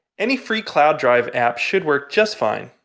any free cloud drive app should work just fine.